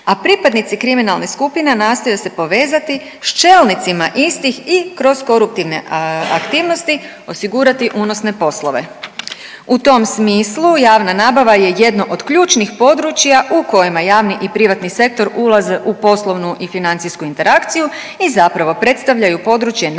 a pripadnici kriminalnih skupina nastoje se povezati s čelnicima istih i kroz koruptivne aktivnosti osigurati unosne poslove. U tom smislu javna nabava je jedno od ključnih područja u kojima javni i privatni sektor ulaze u poslovnu i financijsku interakciju i zapravo predstavljaju područje najvećeg